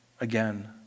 again